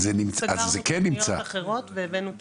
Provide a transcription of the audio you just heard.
סגרנו תוכניות אחרות והבאנו תקציב.